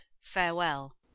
farewell